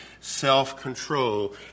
self-control